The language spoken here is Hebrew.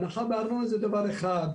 הנחה מארנונה זה דבר אחד,